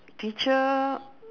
teacher